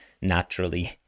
naturally